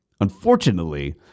Unfortunately